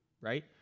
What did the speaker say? Right